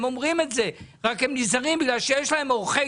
הם אומרים את זה אלא שהם נזהרים כי יש להם עורכי